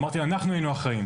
אמרתי לה, אנחנו היינו אחראים.